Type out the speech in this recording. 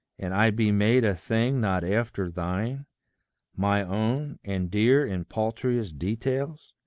and i be made a thing not after thine my own, and dear in paltriest details?